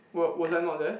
were was I not there